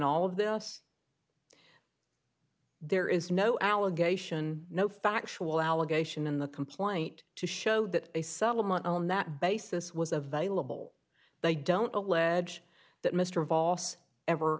all of this there is no allegation no factual allegation in the complaint to show that a settlement on that basis was available they don't allege that mr